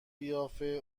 قیافه